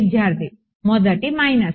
విద్యార్థి మొదటి మైనస్